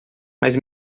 mas